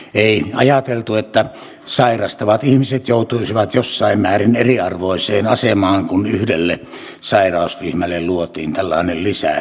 ei ajateltu että sairastavat ihmiset joutuisivat jossain määrin eriarvoiseen asemaan kun yhdelle sairausryhmälle luotiin tällainen lisäetuus